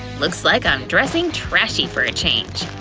looks like i'm dressing trashy for a change.